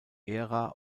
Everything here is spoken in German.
ära